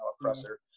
oppressor